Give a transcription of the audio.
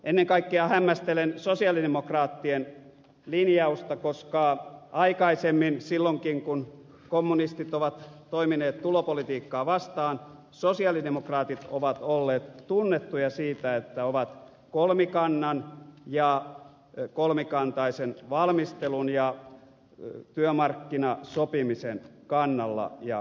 ennen kaikkea hämmästelen sosialidemokraattien linjausta koska aikaisemmin silloinkin kun kommunistit ovat toimineet tulopolitiikkaa vastaan sosialidemokraatit ovat olleet tunnettuja siitä että ovat kolmikannan ja kolmikantaisen valmistelun ja työmarkkinasopimisen kannalla ja kannattajia